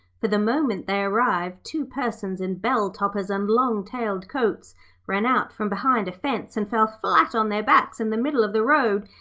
for the moment they arrived two persons in bell-toppers and long-tailed coats ran out from behind a fence and fell flat on their backs in the middle of the road,